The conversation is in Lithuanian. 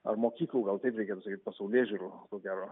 ar mokyklų gal taip reikėtų sakyt pasaulėžiūrų ko gero